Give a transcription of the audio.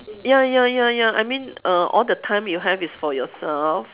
ya ya ya ya I mean err all the time you have is for yourself